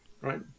right